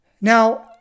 Now